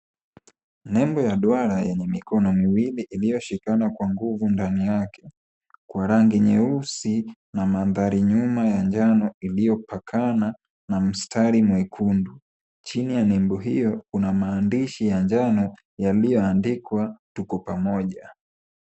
Nembo ya duara yenye mikono miwili iliyoshikana kwa nguvu ndani yake, kwa rangi nyeusi na mandhari nyuma ya njano iliyopakana na mstari mwekundu. Chini ya nembo hio, kuna maandishi ya njano yaliyoandikwa, Tuko Pamoja.